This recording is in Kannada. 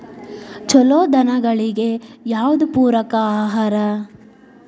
ಛಲೋ ದನಗಳಿಗೆ ಯಾವ್ದು ಪೂರಕ ಆಹಾರ?